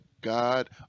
God